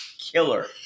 killer